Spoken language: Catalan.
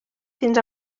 fins